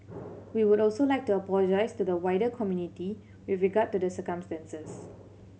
we would also like to apologise to the wider community with regard to the circumstances